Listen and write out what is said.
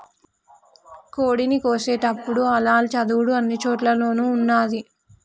కోడిని కోసేటపుడు హలాల్ చదువుడు అన్ని చోటుల్లోనూ ఉన్నాది